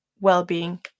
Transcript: well-being